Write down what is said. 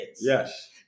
Yes